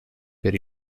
per